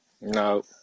No